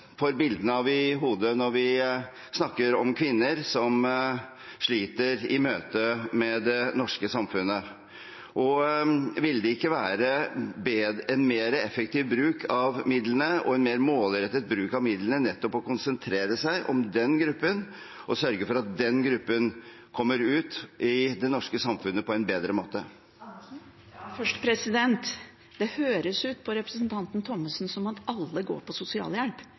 snakker om kvinner som sliter i møte med det norske samfunnet. Vil det ikke være en mer effektiv og mer målrettet bruk av midlene nettopp å konsentrere seg om den gruppen, og sørge for at den gruppen kommer ut i det norske samfunnet på en bedre måte? Først: Det høres ut på representanten Thommessen som om alle går på sosialhjelp.